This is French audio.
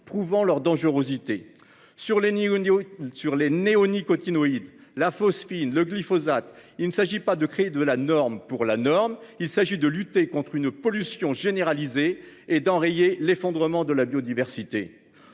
prouvant leur dangerosité sur les ni ou ni sur les néonicotinoïdes la phosphine le glyphosate, il ne s'agit pas de créer de la norme pour la norme. Il s'agit de lutter contre une pollution généralisée et d'enrayer l'effondrement de la biodiversité.